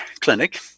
clinic